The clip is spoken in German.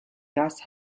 das